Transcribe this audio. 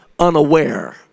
Unaware